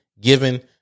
given